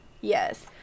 Yes